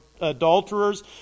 adulterers